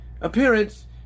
appearance